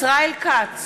ישראל כץ,